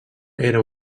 era